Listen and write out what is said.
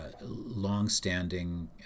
long-standing